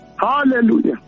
hallelujah